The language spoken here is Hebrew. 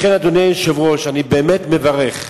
לכן, אדוני היושב-ראש, אני באמת מברך,